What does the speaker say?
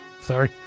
Sorry